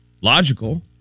Logical